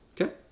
Okay